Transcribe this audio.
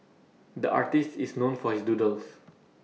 the artist is known for his doodles